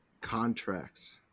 Contracts